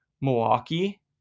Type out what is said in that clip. Milwaukee